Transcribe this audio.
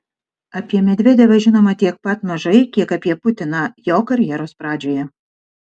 apie medvedevą žinoma tiek pat mažai kiek apie putiną jo karjeros pradžioje